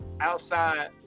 outside